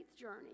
journey